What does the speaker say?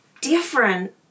different